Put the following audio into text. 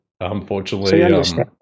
unfortunately